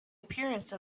appearance